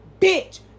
bitch